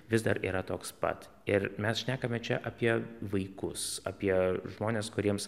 vis dar yra toks pat ir mes šnekame čia apie vaikus apie žmones kuriems